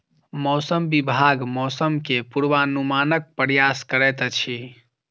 मौसम विभाग मौसम के पूर्वानुमानक प्रयास करैत अछि